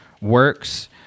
works